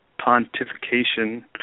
pontification